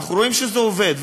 אנחנו רואים שזה עובד.